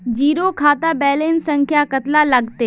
Zero खाता balance संख्या कतला लगते?